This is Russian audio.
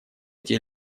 эти